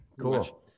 Cool